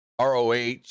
ROH